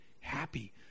happy